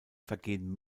vergehen